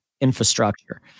infrastructure